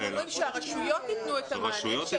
הם אומרים שהרשויות יתנו את המענה,